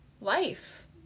life